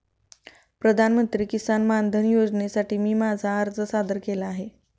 प्रधानमंत्री किसान मानधन योजनेसाठी मी माझा अर्ज सादर केला आहे